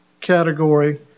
category